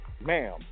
Ma'am